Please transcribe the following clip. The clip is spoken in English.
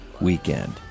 weekend